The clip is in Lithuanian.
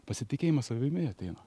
pasitikėjimas savimi ateina